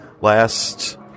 last